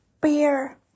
beer